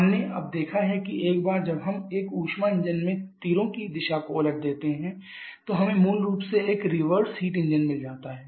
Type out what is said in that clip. हमने अब देखा है कि एक बार जब हम एक ऊष्मा इंजन में तीरों की दिशा को उलट देते हैं तो हमें मूल रूप से एक रिवर्स हीट इंजन मिल जाता है